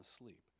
asleep